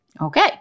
Okay